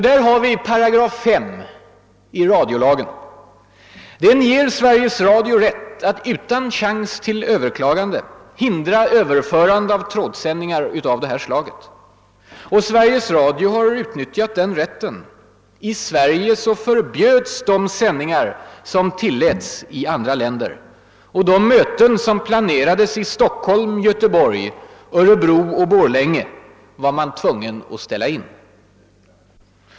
Där har vi 5 § radiolagen. Den ger Sveriges Radio rätt att utan chans till överklagande hindra överförande av trådsändningar av det här slaget. Sveriges Radio har utnyttjat den rätten. I Sverige förbjöds de sändningar som tilläts i andra länder. De möten som planerades i Stockholm, Göteborg, Örebro och Borlänge var man tvungen att ställa in.